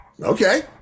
okay